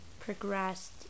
progressed